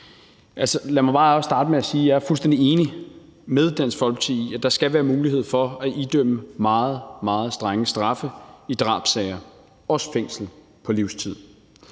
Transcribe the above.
Lad mig bare starte med at sige, at jeg er fuldstændig enig med Dansk Folkeparti i, at der skal være mulighed for at idømme meget, meget strenge straffe i drabssager, også fængsel på livstid.